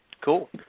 Cool